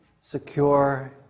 secure